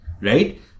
right